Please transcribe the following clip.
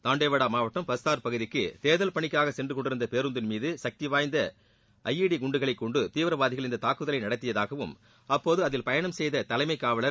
தண்டேவாடா மாவட்டம் பஸ்தார் பகுதிக்கு தேர்தல் பணிக்காக சென்று கொண்டிருந்த பேருந்தின் மீது சக்தி வாய்ந்த ஜாடி குன்டுகளை கொண்டு தீவிரவாதிகள் இந்த தாக்குதலை நடத்தியதாகவும் அப்போது அதில் பயணம் செய்த தலைமை காவலர்